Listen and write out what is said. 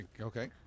Okay